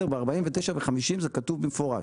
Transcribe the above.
ב-49 ו-50 זה כתוב במפורש,